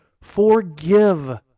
forgive